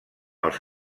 els